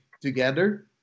together